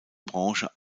branche